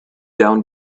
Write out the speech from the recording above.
down